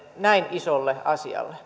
näin isolle asialle